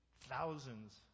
thousands